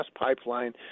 pipeline